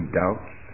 doubts